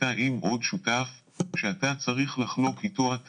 אתה עם עוד שותף, שאתה צריך לחלוק איתו.